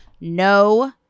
no